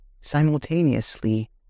simultaneously